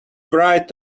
write